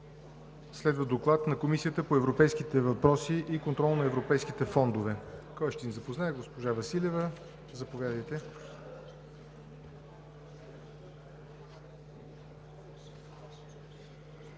Следва Доклад на Комисията по европейските въпроси и контрол на европейските фондове, с който ще ни запознае госпожа Ивелина Василева. Заповядайте,